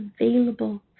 available